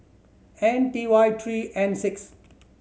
I T Y three N six